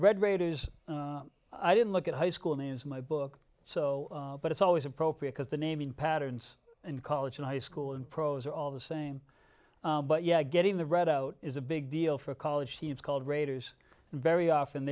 red raiders i didn't look at high school names my book so but it's always appropriate as the naming patterns in college and high school and pros are all the same but yeah getting the red out is a big deal for college teams called raiders very often